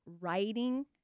writing